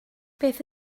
beth